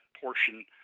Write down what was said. portion